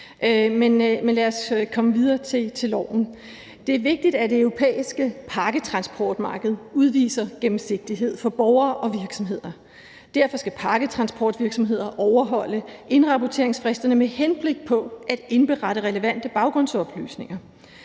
Lad os komme videre til lovforslaget. Det er vigtigt, at det europæiske pakketransportmarked udviser gennemsigtighed for borgere og virksomheder, og derfor skal pakketransportvirksomheder overholde indrapporteringsfristerne med henblik på at indberette relevante baggrundsoplysninger.